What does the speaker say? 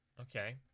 Okay